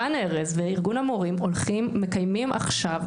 רן ארז וארגון המורים הולכים ומקיימים עכשיו,